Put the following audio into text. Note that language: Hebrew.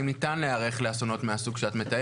האם ניתן להיערך לאסונות מהסוג שאת מתארת.